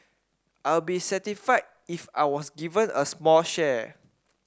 I'll be satisfied if I was given a small share